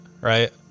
right